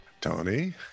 Tony